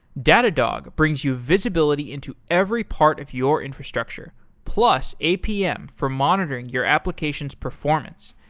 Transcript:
datadog brings you visibility into every part of your infrastructure, plus apm for monitoring your application's performance.